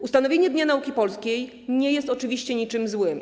Ustanowienie Dnia Nauki Polskiej nie jest oczywiście niczym złym.